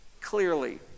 clearly